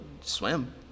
swim